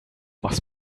machst